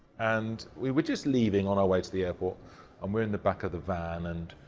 and we were just leaving on our way to the airport and we're in the back of the van and